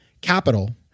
capital